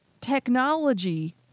technology